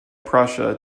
prussia